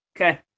Okay